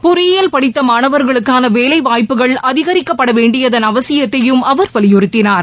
பொறியியல் படித்த மாணவர்களுக்கான வேலைவாய்ப்புகள் அதிகரிக்கப்பட வேண்டியதன் அவசித்தையும் அவர் வலியுறத்தினார்